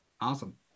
Awesome